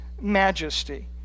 majesty